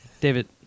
David